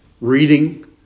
reading